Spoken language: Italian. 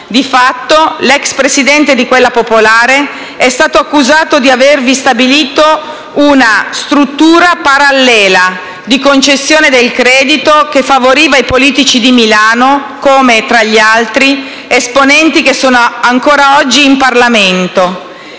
Di fatto, l'ex presidente di quella popolare è stato accusato di avervi stabilito una "struttura parallela" di concessione del credito che favoriva i politici di Milano, come - tra gli altri - esponenti che sono ancor oggi in Parlamento.